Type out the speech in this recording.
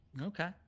Okay